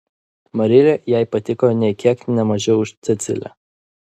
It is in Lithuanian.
marilė jai patiko nė kiek ne mažiau už cecilę